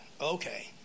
Okay